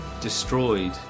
destroyed